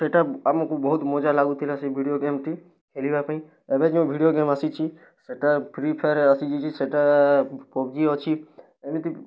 ସେଇଟା ଆମକୁ ବହୁତ ମଜା ଲାଗୁଥିଲା ସେ ଭିଡ଼ିଓ ଗେମ୍ଟି ଖେଲିବା ପାଇଁ ଏବେ ଯେଉଁ ଭିଡ଼ିଓ ଗେମ୍ ଆସିଛି ସେଇଟା ଫ୍ରି ଫାୟାର୍ ଆସିଛି ଯେ ସେଇଟା ପବଜି ଅଛି ଏମିତି